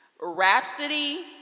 Rhapsody